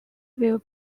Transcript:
will